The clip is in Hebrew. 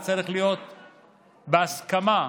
שזה צריך להיות בהסכמה מראש,